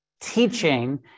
teaching